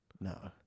No